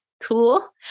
Cool